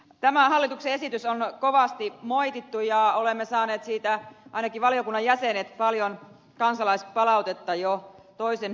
tämä hallituksen esitys on kovasti moitittu ja olemme ainakin valiokunnan jäsenet saaneet siitä paljon kansalaispalautetta jo toisen vuoden ajan